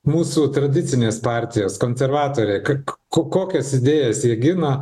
mūsų tradicinės partijos konservatoriai ka ko kokias idėjas jie gina